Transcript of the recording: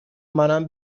منم